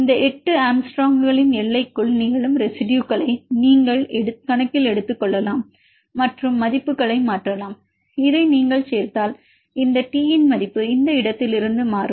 இந்த 8 ஆங்ஸ்ட்ரோமின் எல்லைக்குள் நிகழும் ரெசிடுயுகளை நீங்கள் கணக்கில் எடுத்துக்கொள்ளலாம் மற்றும் மதிப்புகளை மாற்றலாம் இதை நீங்கள் சேர்த்தால் இந்த T இன் மதிப்பு இந்த இடத்திலிருந்து மாறும்